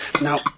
Now